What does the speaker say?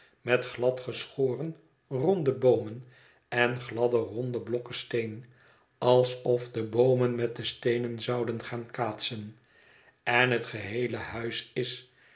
met gladgeschoren rondo boomen en gladde ronde blokken steen alsof de boomen met de steenen zouden gaan kaatsen en het geheele huis is